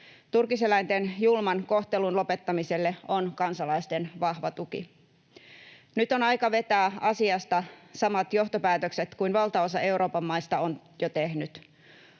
Turkiseläinten julman kohtelun lopettamiselle on kansalaisten vahva tuki. Nyt on aika vetää asiasta samat johtopäätökset kuin valtaosa Euroopan maista on jo tehnyt.